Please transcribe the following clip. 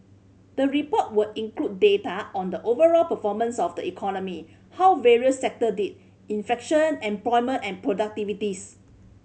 the report will include data on the overall performance of the economy how various sector did inflation employment and productivities